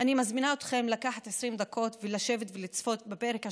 אני מזמינה אתכם לקחת 20 דקות ולשבת לצפות בפרק השלם.